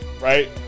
Right